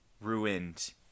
ruined